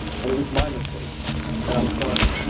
and it was my mistake and i'm sorry.